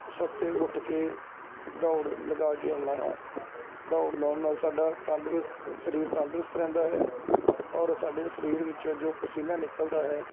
ਸੁਵਖਤੇ ਉੱਠ ਕੇ ਦੌੜ ਲਗਾ ਕੇ ਆਉਦਾ ਹਾਂ ਦੌੜ ਲਗਾਉਣ ਨਾਲ ਸਾਡਾ ਤੰਦਰੁਸਤ ਸਰੀਰ ਤੰਦਰੁਸਤ ਰਹਿੰਦਾ ਹੈ ਔਰ ਸਾਡੇ ਸਰੀਰ ਵਿੱਚੋਂ ਜੋ ਪਸੀਨਾ ਨਿਕਲਦਾ ਹੈ